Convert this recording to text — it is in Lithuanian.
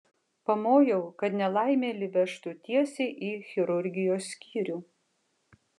pamojau kad nelaimėlį vežtų tiesiai į chirurgijos skyrių